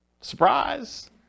Surprise